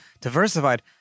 diversified